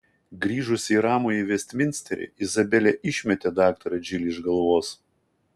grįžusi į ramųjį vestminsterį izabelė išmetė daktarą džilį iš galvos